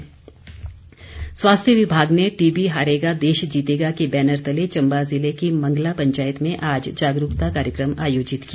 TB स्वास्थ्य विभाग ने टीबी हारेगा देश जीतेगा के बैनर तले चम्बा ज़िले की मंगला पंचायत में आज जागरूकता कार्यक्रम आयोजित किया